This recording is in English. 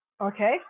Okay